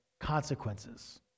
consequences